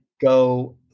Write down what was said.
Go